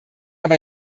aber